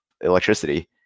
electricity